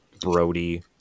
Brody